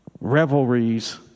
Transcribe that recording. revelries